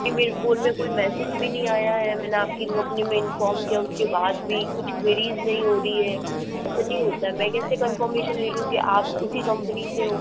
नहीं मेरे फ़ोन में कोई मैसेज भी नहीं आया है मैंने आपकी कंपनी में इन्फॉर्म किया उसके बाद भी कुछ क्वेरीज़ नहीं हो रही हैं ऐसे नहीं होता है मैं कैसे कन्फर्मेशन ले लूँ कि आप उसी कंपनी से हो